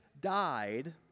died